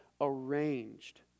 arranged